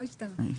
הוא לא השתנה.